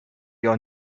your